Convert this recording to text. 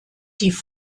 die